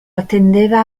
attendeva